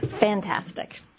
fantastic